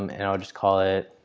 um and i'll just call it